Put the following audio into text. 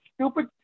stupid